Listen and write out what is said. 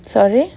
sorry